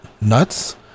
nuts